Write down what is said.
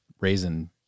raisin